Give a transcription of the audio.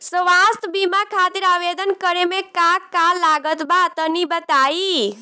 स्वास्थ्य बीमा खातिर आवेदन करे मे का का लागत बा तनि बताई?